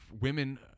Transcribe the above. women